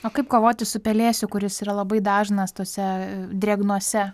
o kaip kovoti su pelėsiu kuris yra labai dažnas tose drėgnose